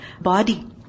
body